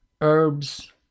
herbs